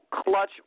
clutch